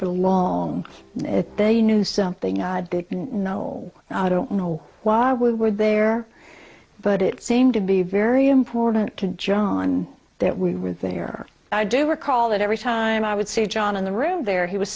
belong they knew something i had to know i don't know why we were there but it seemed to be very important to john that we were there i do recall that every time i would see john in the room there he was